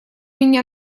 меня